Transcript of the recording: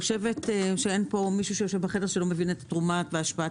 אין פה מי שיושב בחדר שלא מבין את תרומת והשפעת